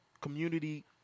community